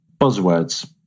buzzwords